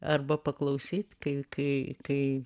arba paklausyt kai kai kai